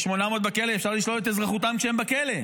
יש 800 בכלא, אפשר לשלול את אזרחותם כשהם בכלא.